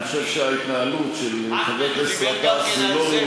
אני חושב שההתנהלות של חבר כנסת גטאס היא לא,